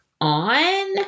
on